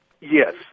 Yes